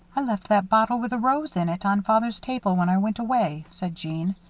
i left that bottle with a rose in it on father's table when i went away, said jeanne.